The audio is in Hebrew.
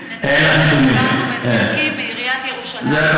אלה הנתונים, מבחינתי, שקיבלנו מעיריית ירושלים.